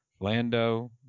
Lando